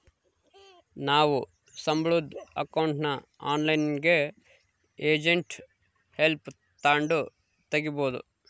ನಾವು ಸಂಬುಳುದ್ ಅಕೌಂಟ್ನ ಆನ್ಲೈನ್ನಾಗೆ ಏಜೆಂಟ್ ಹೆಲ್ಪ್ ತಾಂಡು ತಗೀಬೋದು